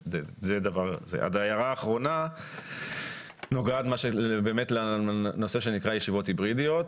הערה אחרונה נוגעת לנושא שנקרא ישיבות היברידיות.